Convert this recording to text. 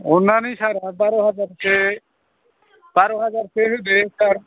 अननानै सारा बार' हाजारसो बार' हाजारसो होदो सार